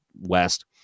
west